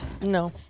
no